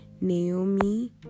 Naomi